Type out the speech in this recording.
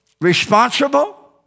responsible